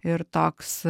ir toks